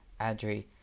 adri